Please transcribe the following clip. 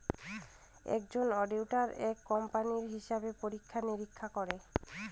একজন অডিটার একটা কোম্পানির হিসাব পরীক্ষা নিরীক্ষা করে